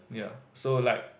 ya so like